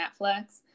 Netflix